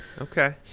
Okay